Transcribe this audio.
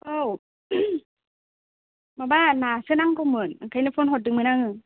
आव माबा न सो नांगौ मोन आंखायनो फन हरदों मोन आङो